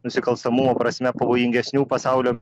nusikalstamumo prasme pavojingesnių pasaulio